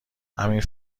همین